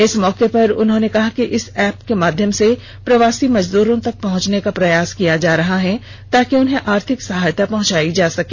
इस मौके पर उन्होंने कहा कि इस एप्प के माध्यम से प्रवासी मजदूरों तक पहुंचने का प्रयास किया जा रहा है ताकि उन्हें आर्थिक सहायता पहुंचायी जा सके